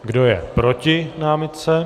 Kdo je proti námitce?